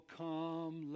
come